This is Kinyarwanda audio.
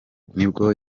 nibwo